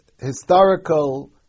historical